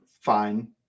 fine